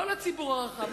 לא לציבור הרחב,